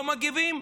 לא מגיבים?